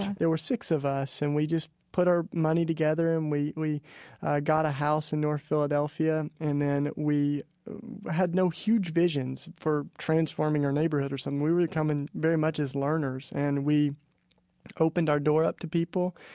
there were six of us. and we just put our money together. and we, we got a house in north philadelphia. and then we had no huge visions for transforming our neighborhood or something. we were coming very much as learners. and we opened our door up to people.